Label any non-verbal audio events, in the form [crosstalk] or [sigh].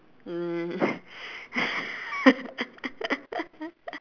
um [laughs]